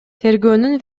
тергөөнүн